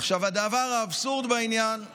עכשיו, האבסורד בעניין הוא